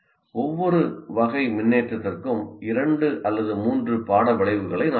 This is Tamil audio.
ஒவ்வொரு வகை மின்னேற்றத்திற்கும் இரண்டு அல்லது மூன்று பாட விளைவுகளை நாம் எழுதலாம்